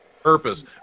purpose